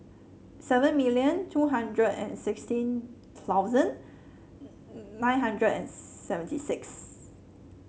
seven million two hundred and sixteen thousand nine hundred and seventy six